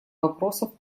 вопросов